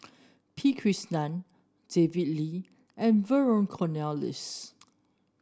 P Krishnan David Lee and Vernon Cornelius